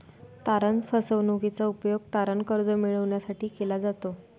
तारण फसवणूकीचा उपयोग तारण कर्ज मिळविण्यासाठी केला जातो